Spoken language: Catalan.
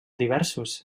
diversos